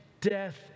death